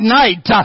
night